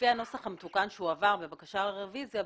לפי הנוסח המתוקן שהועבר בבקשה לרביזיה,